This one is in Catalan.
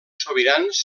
sobirans